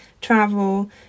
travel